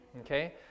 Okay